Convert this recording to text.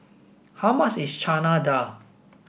how much is Chana Dal